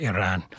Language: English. Iran